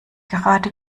gerade